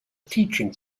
teaching